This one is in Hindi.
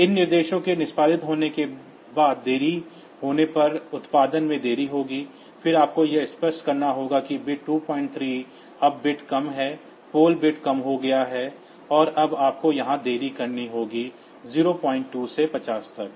इस निर्देश के निष्पादित होने के बाद देरी होने पर उत्पादन में देरी होगी फिर आपको यह स्पष्ट करना होगा कि बिट P23 अब बिट कम है पोल बिट कम हो गया है और अब आपको यहां देरी करनी होगी 02 से 50 तक